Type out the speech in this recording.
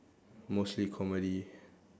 mostly comedy